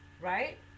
right